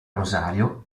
rosario